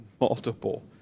multiple